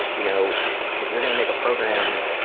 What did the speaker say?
you know if you're going to make a program,